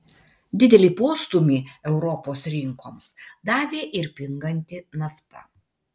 didelį postūmį europos rinkoms davė ir pinganti nafta